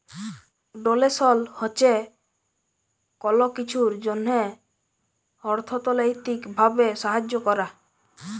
ডোলেসল হছে কল কিছুর জ্যনহে অথ্থলৈতিক ভাবে সাহায্য ক্যরা